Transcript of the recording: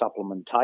supplementation